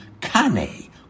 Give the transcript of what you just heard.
Kane